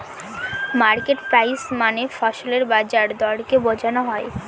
market price মানে ফসলের বাজার দরকে বোঝনো হয়